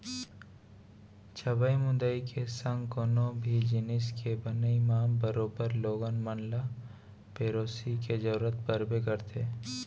छबई मुंदई के संग कोनो भी जिनिस के बनई म बरोबर लोगन मन ल पेरोसी के जरूरत परबे करथे